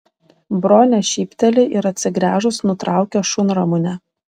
bronė šypteli ir atsigręžus nutraukia šunramunę